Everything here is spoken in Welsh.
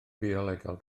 biolegol